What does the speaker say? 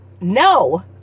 No